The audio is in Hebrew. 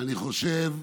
אני חושב,